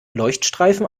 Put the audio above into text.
leuchtstreifen